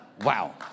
wow